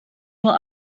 nur